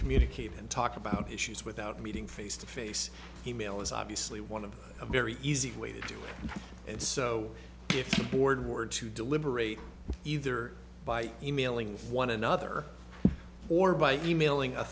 communicate and talk about issues without meeting face to face email is obviously one of a very easy way to do it and so if the board were to deliberate either by emailing one another or by emailing a